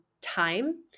time